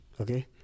okay